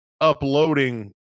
uploading